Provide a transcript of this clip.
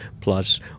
plus